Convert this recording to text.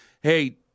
hey